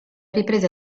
riprese